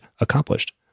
accomplished